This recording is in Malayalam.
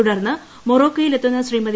തുടർന്ന് മൊറോക്കോയിൽ എത്തു്ന ശ്രീമതി